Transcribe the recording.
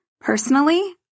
Personally